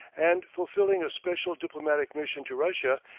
and fulfilling a special diplomatic mission to russia,